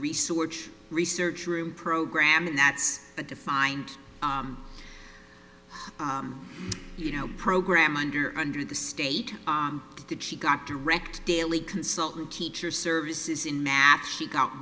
research research room program and that's a defined you know program under under the state that she got direct daily consultant teacher services in map she got